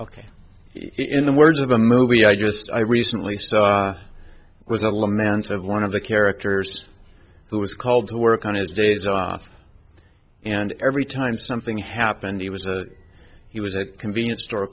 ok in the words of a movie i just i recently saw was a little man said one of the characters who was called to work on his days off and every time something happened he was a he was a convenience store